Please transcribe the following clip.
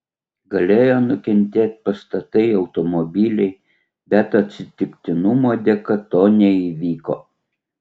galėjo nukentėt pastatai automobiliai bet atsitiktinumo dėka to neįvyko